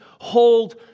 hold